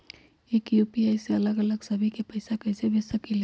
एक यू.पी.आई से अलग अलग सभी के पैसा कईसे भेज सकीले?